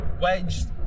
Wedged